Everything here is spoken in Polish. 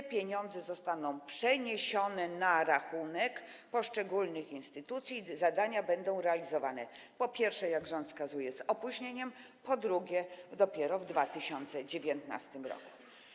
Te pieniądze zostaną przeniesione na rachunek poszczególnych instytucji i zadania będą realizowane, po pierwsze, jak rząd wskazuje, z opóźnieniem, a po drugie, dopiero w 2019 r.